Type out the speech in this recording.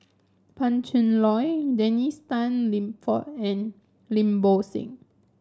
Pan Cheng Lui Dennis Tan Lip Fong and Lim Bo Seng